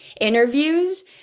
interviews